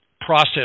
process